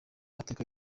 mateka